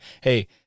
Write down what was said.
hey